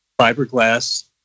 fiberglass